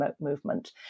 movement